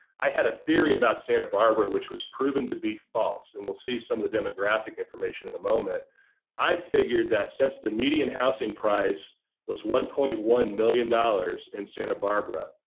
i had a theory about santa barbara which was proven to be false and we'll see some of the demographic information in a moment i figured that since the median housing price was one point one million dollars in santa barbara